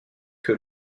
que